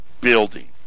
building